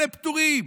אלה פטורים,